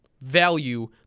value